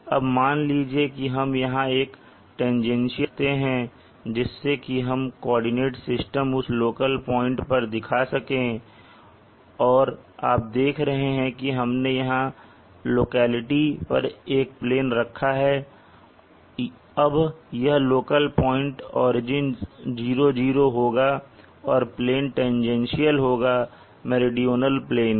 अब मान लीजिए कि हम एक यहां टांगेंशियल प्लेन रखते हैं जिससे की हम कोऑर्डिनेट सिस्टम उस लोकल पॉइंट पर दिखा सकें और आप देख रहे हैं कि हमने यहां लोकेलिटी पर एक प्लेन रखा है अब यह लोकल पॉइंट ओरिजिन 00 होगा और प्लेन टांगेंशियल होगा मेरीडोनल प्लेन के